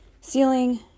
ceiling